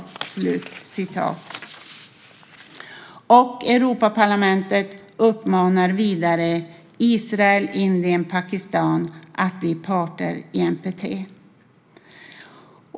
Europaparlamentet uppmanar vidare Israel, Indien och Pakistan att bli parter i NPT.